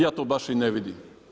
Ja to baš i ne vidim.